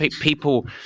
people